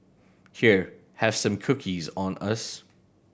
here have some cookies on us